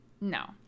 no